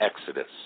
Exodus